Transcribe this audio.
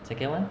second one